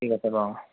ঠিক আছে বাৰু